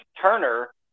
Turner